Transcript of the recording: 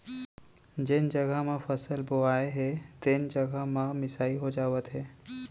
जेन जघा म फसल बोवाए हे तेने जघा म मिसाई हो जावत हे